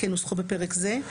כנוסחו בפרק זה,